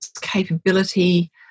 capability